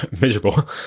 miserable